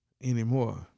anymore